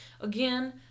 Again